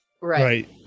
right